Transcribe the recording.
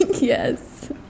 Yes